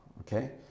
okay